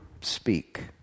speak